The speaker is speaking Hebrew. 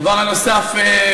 דבר נוסף,